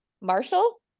Marshall